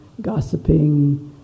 gossiping